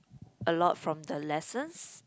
a lot from the lessons